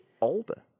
older